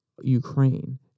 Ukraine